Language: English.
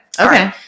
Okay